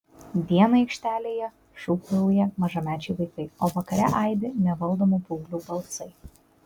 dieną aikštelėje šūkauja mažamečiai vaikai o vakare aidi nevaldomų paauglių balsai